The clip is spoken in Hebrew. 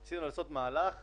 זה קבוצה